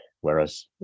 whereas